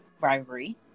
rivalry